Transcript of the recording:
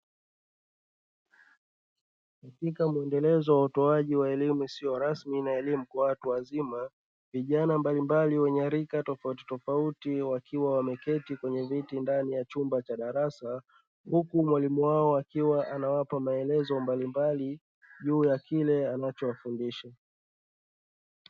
Katika mwendelezo wa utoaji wa elimu isiyo rasmi na elimu kwa watu wazima vijana mbalimbali wenye rika tofautitofauti wakiwa wameketi kwenye viti ndani ya chumba cha darasa, huku mwalimu wao akiwa anawapa maelezo mbalimbali juu ya kile anachowafundisha.